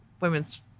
women's